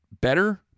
better